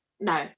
No